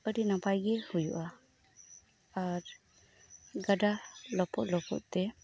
ᱟᱹᱰᱤ ᱱᱟᱯᱟᱭ ᱜᱮ ᱦᱩᱭᱩᱜᱼᱟ ᱟᱨ ᱜᱟᱰᱟ ᱞᱚᱯᱚᱜ ᱞᱚᱯᱚᱜ ᱛᱮ